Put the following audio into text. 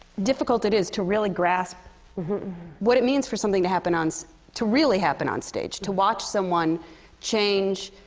difficult it is to really grasp what it means for something to happen on so to really happen on stage. to watch someone change.